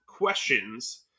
questions